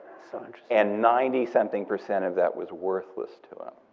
and ninety something percent of that was worthless to him.